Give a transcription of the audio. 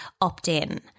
opt-in